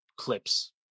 Clip's